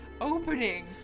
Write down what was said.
opening